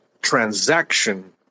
transaction